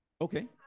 Okay